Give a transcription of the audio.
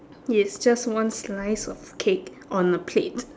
yes just one slice of cake on a plate